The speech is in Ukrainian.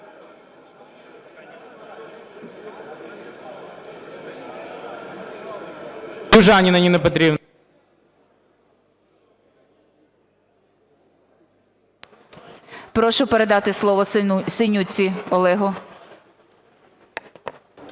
Прошу передати слово Синютці Олегу.